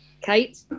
Kate